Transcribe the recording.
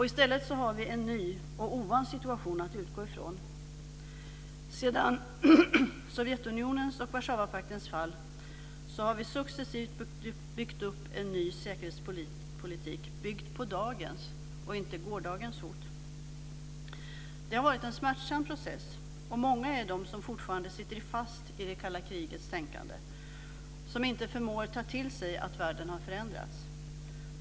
I stället har vi en ny och ovan situation att utgå ifrån. Sedan Sovjetunionens och Warszawapaktens fall har vi successivt byggt upp en ny säkerhetspolitik, byggd på dagens och inte gårdagens hot. Det har varit en smärtsam process. Många är de som fortfarande sitter fast i det kalla krigets tänkande, som inte förmår att ta till sig att världen har förändrats.